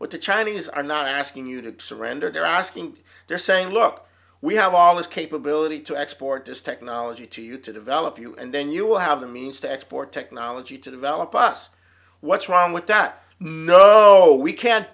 what the chinese are not asking you to surrender they're asking they're saying look we have all this capability to export this technology to you to develop you and then you will have the means to export technology to develop us what's wrong with that oh oh we can't